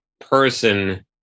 person